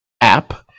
app